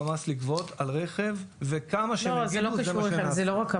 מס לגבות על רכב --- זה לא רק המס,